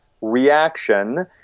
reaction